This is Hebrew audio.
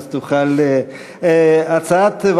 אז 18,